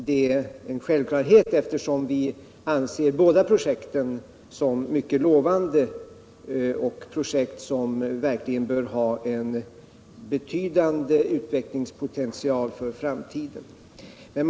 Det är en självklarhet eftersom vi anser båda projekten vara mycket lovande, och det är projekt som verkligen har en betydande utvecklingspotential för framtiden.